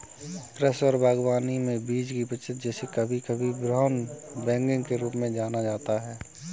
कृषि और बागवानी में बीज की बचत जिसे कभी कभी ब्राउन बैगिंग के रूप में जाना जाता है